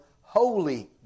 holy